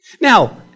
Now